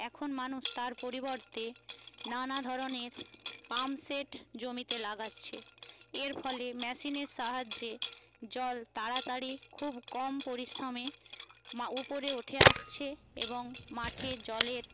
এখন মানুষ তার পরিবর্তে নানাধরণের পাম্প সেট জমিতে লাগাচ্ছে এর ফলে মেশিনের সাহায্যে জল তাড়াতাড়ি খুব কম পরিশ্রমে উপরে উঠে আসছে এবং মাঠে জলের